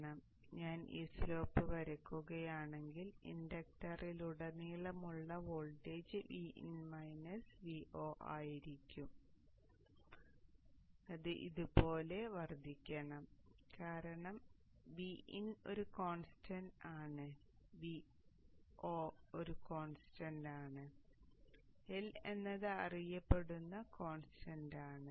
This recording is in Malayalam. അതിനാൽ ഞാൻ ഈ സ്ലോപ്പ് വരയ്ക്കുകയാണെങ്കിൽ ഇൻഡക്ടറിലുടനീളമുള്ള വോൾട്ടേജ് ആയിരിക്കുമ്പോൾ അത് ഇതുപോലെ വർദ്ധിക്കണം കാരണം Vin ഒരു കോൺസ്റ്റന്റ് ആണ് Vo ഒരു കോൺസ്റ്റന്റ് ആണ് L എന്നത് അറിയപ്പെടുന്ന കോൺസ്റ്റന്റ് ആണ്